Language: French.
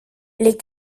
les